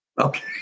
Okay